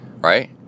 right